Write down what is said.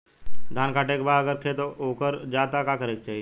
धान कांटेके बाद अगर खेत उकर जात का करे के चाही?